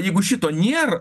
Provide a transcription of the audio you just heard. jeigu šito nėr